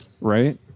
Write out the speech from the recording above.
right